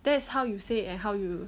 that's how you say and how you